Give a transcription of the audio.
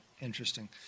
Interesting